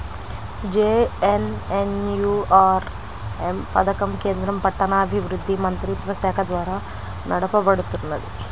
JNNURM పథకం కేంద్ర పట్టణాభివృద్ధి మంత్రిత్వశాఖ ద్వారా నడపబడుతున్నది